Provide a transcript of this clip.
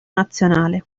nazionale